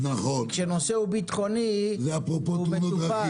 כשנושא הוא ביטחוני הוא מטופל -- זה אפרופו תאונות דרכים.